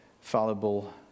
fallible